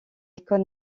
école